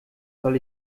soll